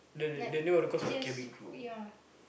like just for ya